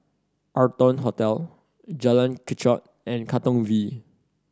Arton Hotel Jalan Kechot and Katong V